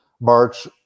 march